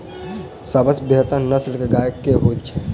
सबसँ बेहतर नस्ल केँ गाय केँ होइ छै?